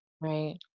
Right